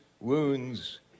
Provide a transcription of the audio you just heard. wounds